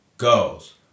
Girls